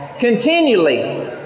continually